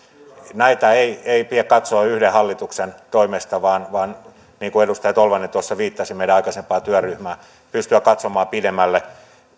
näitä ei ei pidä katsoa yhden hallituksen toimesta vaan vaan pitää niin kuin edustaja tolvanen tuossa viittasi meidän aikaisempaan työryhmäämme pystyä katsomaan pidemmälle